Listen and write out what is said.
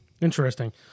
Interesting